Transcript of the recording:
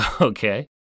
Okay